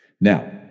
now